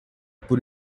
por